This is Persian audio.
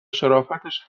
شرافتش